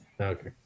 Okay